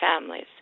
families